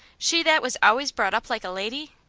she that was always brought up like a lady!